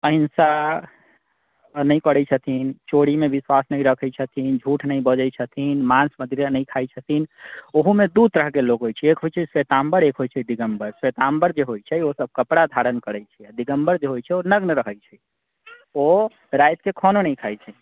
अहिंसा नहि करैत छथिन चोरीमे विश्वास नहि रखैत छथिन झूठ नहि बजैत छथिन माउस मदिरा नहि खाइत छथिन ओहोमे दू तरहकेँ लोग होइत छै एक होइत छै श्वेताम्बर एक होइत छै दिगम्बर श्वेताम्बर जे होइत छै ओ सभ कपड़ा धारण करैत छै दिगम्बर जे होइत छै ओ नग्न रहैत छै ओ रातिके खानो नहि खाइत छै